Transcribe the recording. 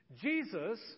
Jesus